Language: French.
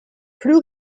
plus